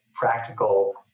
practical